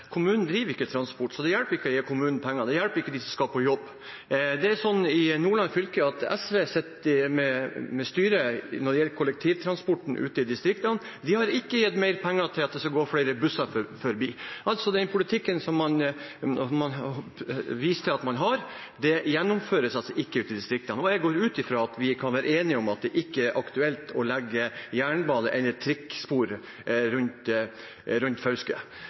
hjelper ikke dem som skal på jobb. I Nordland fylke sitter SV med styringen når det gjelder kollektivtransporten ute i distriktene. De har ikke gitt mer penger til at det skal gå flere busser forbi. Den politikken man viser til at man har, gjennomføres altså ikke ute i distriktene. Jeg går ut fra at vi kan være enige om at det ikke er aktuelt å legge jernbane eller trikkespor rundt Fauske.